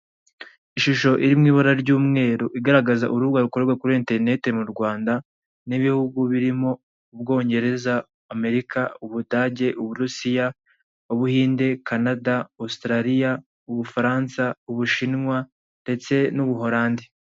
Ishusho iri mu ibara ry'umweru, igaragaza urubuga rukorerwa kuri interinete mu Rwanda. N'ibihugu birmo: Ubwongereza, Amerika, Ubudage, Uburusiya, Ubuhinde, Kanada, Ositarariya, Ubufaransa, Ubushinwa, Ndetse n'Ubuhorandi.